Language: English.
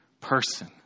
person